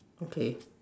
okay